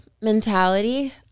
mentality